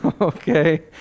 Okay